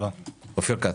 אופיר כץ.